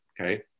Okay